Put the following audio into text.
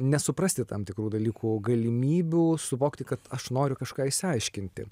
nesuprasti tam tikrų dalykų galimybių suvokti kad aš noriu kažką išsiaiškinti